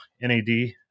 NAD